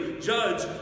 judge